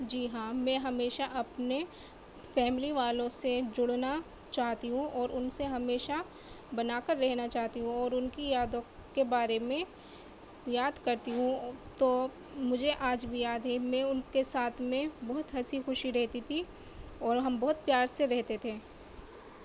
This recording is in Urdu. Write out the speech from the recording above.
جی ہاں میں ہمیشہ اپنے فیملی والوں سے جڑنا چاہتی ہوں اور ان سے ہمیشہ بنا کر رہنا چاہتی ہوں اور ان کی یادوں کے بارے میں یاد کرتی ہوں تو مجھے آج بھی یاد ہے میں ان کے ساتھ میں بہت ہنسی خوشی رہتی تھی اور ہم بہت پیار سے رہتے تھے